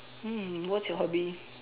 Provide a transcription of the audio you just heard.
mm what's your hobby